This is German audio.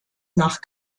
nach